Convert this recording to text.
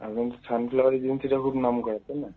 এখন তো সানফ্লাওয়ার এজেন্সিটা খুব নাম করা তাই না